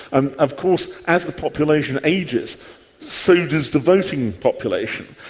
and of course, as the population ages so does the voting population,